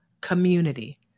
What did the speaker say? community